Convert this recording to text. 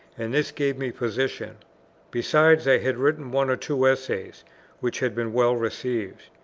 and this gave me position besides, i had written one or two essays which had been well received.